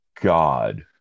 god